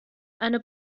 eine